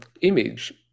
image